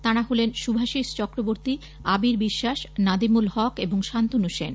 তাঁরা হলেন শুভাশিষ চক্রবর্তী আবির বিশ্বাস নাদিমুল হক এবং শান্তনু সেন